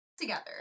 together